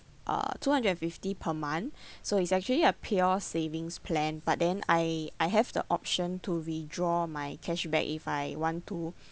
uh two hundred and fifty per month so it's actually a pure savings plan but then I I have the option to withdraw my cashback if I want to